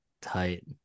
tight